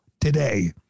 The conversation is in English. today